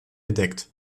bedeckt